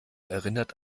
erinnert